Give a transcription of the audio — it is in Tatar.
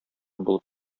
булып